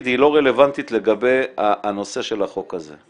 היא לא רלוונטית לגבי הנושא של החוק הזה,